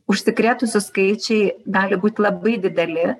užsikrėtusių skaičiai gali būt labai dideli